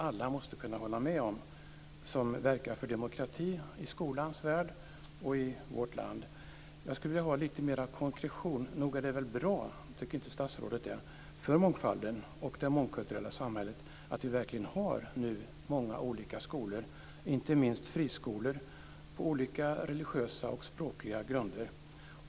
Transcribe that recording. Alla måste kunna hålla med om detta att verka för demokrati i skolans värld och i vårt land. Jag skulle vilja ha lite mer konkretion. Nog är det väl bra - tycker inte statsrådet det - för mångfalden och det mångkulturella samhället att vi verkligen har många olika skolor nu, inte minst friskolor på olika religiösa och språkliga grunder?